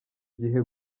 gihe